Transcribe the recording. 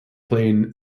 playing